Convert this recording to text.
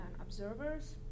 observers